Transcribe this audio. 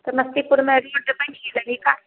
समस्तीपुर मे रील तऽ बनि गेलै विकास कहाँ